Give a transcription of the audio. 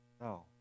No